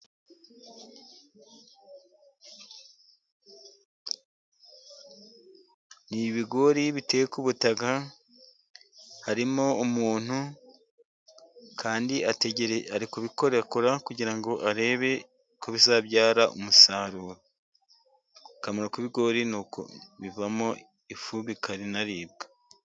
Ni ibigori biteye ku butaka, harimo umuntu kandi ari kubikorakora kugira ngo arebe ko bizabyara umusaruro. Akamaro k'ibigori ni uko bivamo ifu bikanaribwa.